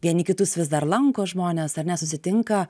vieni kitus vis dar lanko žmonės ar ne susitinka